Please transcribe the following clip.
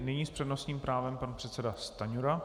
Nyní s přednostním právem pan předseda Stanjura.